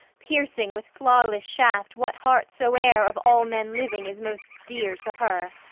piercing with flawless shaft what heart soe'er of all men living is most dear to her.